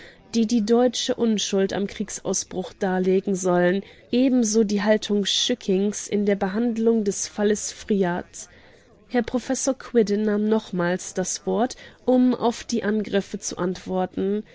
die die deutsche unschuld am kriegsausbruch darlegen sollen ebenso die haltung schückings in der behandlung des falles fryatt herr prof quidde nahm nochmals das wort um auf die angriffe zu antworten